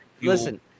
listen